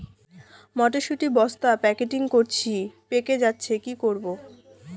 মটর শুটি বস্তা প্যাকেটিং করেছি পেকে যাচ্ছে কি করব?